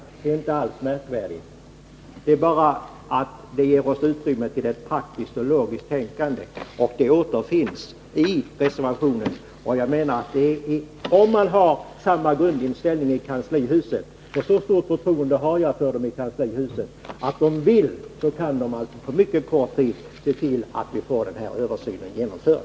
Det är inte alls märkvärdigt, utan det ger oss utrymme för ett praktiskt och logiskt tänkande, och det återfinns i reservationen. Om man har samma grundinställning i kanslihuset — och så stort förtroende har jag för dem som sitter där — så kan man om man vill på mycket kort tid se till att vi får denna översyn genomförd.